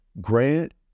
grant